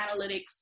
analytics